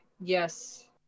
yes